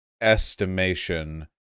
estimation